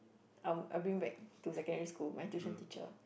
I would I'll bring back to secondary school my tuition teacher